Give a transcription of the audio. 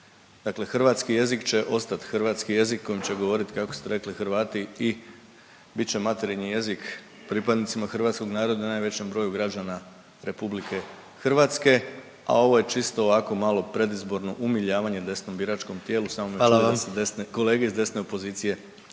Dakle hrvatski jezik će ostat hrvatski jezik kojim će govorit kako ste rekli Hrvati i bit će materinji jezik pripadnicima hrvatskog naroda, najvećem broju građana RH, a ovo je čisto ovako malo predizborno umiljavanje desnom biračkom tijelu samo me